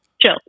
chill